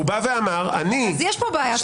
אז יש פה בעיית עובדות.